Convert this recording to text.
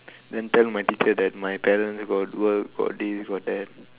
then tell my teacher that my parents got work got this got that